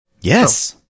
yes